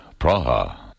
Praha